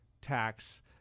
tax